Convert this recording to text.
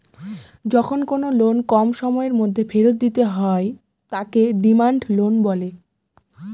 যখন কোনো লোন কম সময়ের মধ্যে ফেরত দিতে হয় তাকে ডিমান্ড লোন বলে